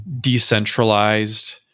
decentralized